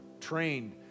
trained